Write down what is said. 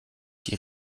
die